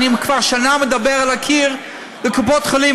אני כבר שנה מדבר אל הקיר לקופות החולים,